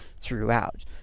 Throughout